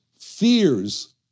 fears